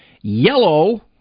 Yellow